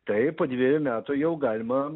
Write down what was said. tai po dviejų metų jau galima